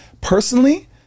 Personally